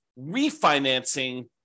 refinancing